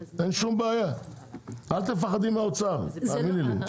אל תפחדי מהאוצר, תאמיני לי.